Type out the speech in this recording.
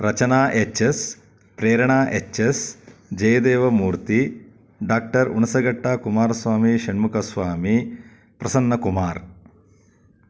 Rachana H S Prerana H S Jayadevamurthy doctor Hunasaghatta Kumaraswamy Shanmukhaswamy Prasannakumar